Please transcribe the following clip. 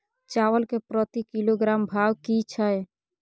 चावल के प्रति किलोग्राम भाव की छै?